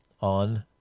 on